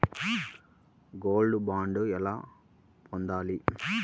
Gold bond ఎలా పొందాలి?